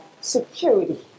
security